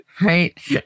right